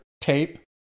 tape